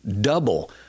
double